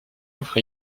offre